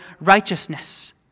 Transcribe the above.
righteousness